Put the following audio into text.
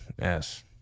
Yes